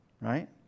Right